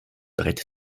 brett